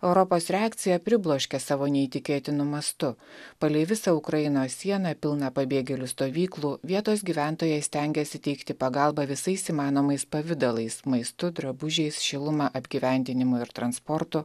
europos reakcija pribloškė savo neįtikėtinu mastu palei visą ukrainos sieną pilna pabėgėlių stovyklų vietos gyventojai stengiasi teikti pagalbą visais įmanomais pavidalais maistu drabužiais šiluma apgyvendinimu ir transportu